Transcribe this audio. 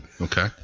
Okay